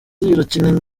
irakina